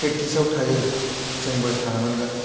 प्रेकटिसाव थायो जोंबो थानांगोन